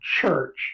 church